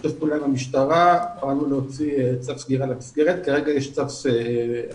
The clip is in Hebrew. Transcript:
בשיתוף פעולה עם המשטרה פעלנו להוציא צו סגירה למקום וכרגע יש הפסקה